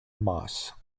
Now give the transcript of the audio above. moss